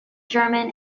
german